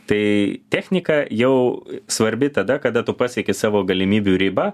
tai technika jau svarbi tada kada tu pasieki savo galimybių ribą